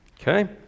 Okay